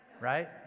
right